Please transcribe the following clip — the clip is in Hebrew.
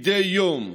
מדי יום.